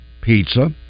Pizza